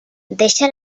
deixa